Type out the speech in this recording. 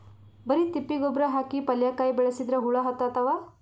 ಬರಿ ತಿಪ್ಪಿ ಗೊಬ್ಬರ ಹಾಕಿ ಪಲ್ಯಾಕಾಯಿ ಬೆಳಸಿದ್ರ ಹುಳ ಹತ್ತತಾವ?